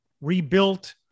rebuilt